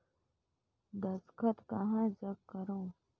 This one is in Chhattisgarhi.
दस्खत कहा जग करो?